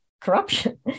corruption